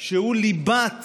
שהוא ליבת